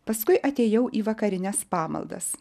paskui atėjau į vakarines pamaldas